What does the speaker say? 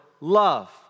love